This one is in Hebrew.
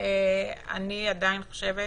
אני עדיין חושבת